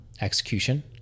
execution